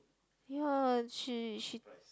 ya she she